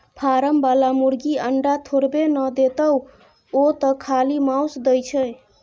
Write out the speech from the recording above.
form बला मुरगी अंडा थोड़बै न देतोउ ओ तँ खाली माउस दै छै